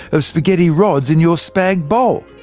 of spaghetti rods in your spag bol.